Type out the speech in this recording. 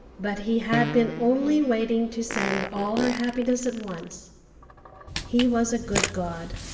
but he had been only waiting to send all her happiness at once he was a good god,